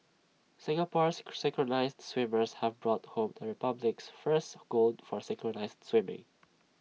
Singapore's synchronised swimmers have brought home the republic's first gold for synchronised swimming